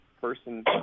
person